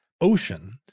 ocean